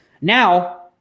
Now